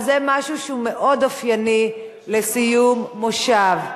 אבל זה משהו שהוא מאוד אופייני לסיום מושב.